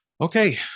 Okay